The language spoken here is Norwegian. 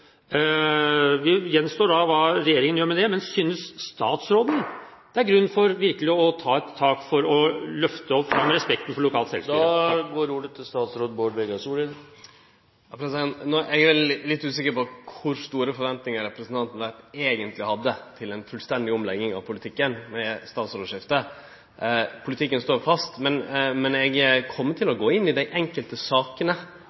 gjenstår da hva regjeringen gjør med det. Men synes statsråden det er grunn til virkelig å ta et tak for å løfte opp respekten for lokalt selvstyre? Eg er litt usikker på kor store forventningar representanten eigentleg hadde til ei fullstendig omlegging av politikken ved statsrådskiftet. Politikken står fast, men eg kjem til å gå inn i dei enkelte sakene